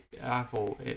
Apple